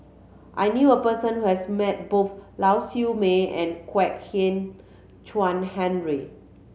I knew a person who has met both Lau Siew Mei and Kwek Hian Chuan Henry